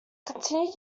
continued